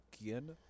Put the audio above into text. again